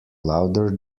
louder